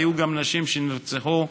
והיו גם נשים שנרצחו